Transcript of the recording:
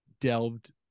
delved